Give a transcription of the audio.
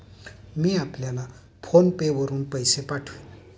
मी आपल्याला PhonePe वरुन पैसे पाठवीन